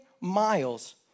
miles